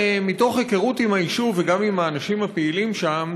מתוך היכרות עם היישוב וגם עם האנשים הפעילים שם,